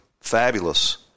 fabulous